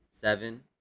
seven